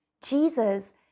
Jesus